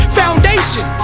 foundation